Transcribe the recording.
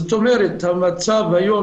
זאת אומרת, היום